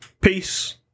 Peace